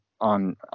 on